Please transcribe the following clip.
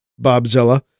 Bobzilla